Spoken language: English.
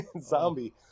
Zombie